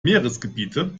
meeresgebiete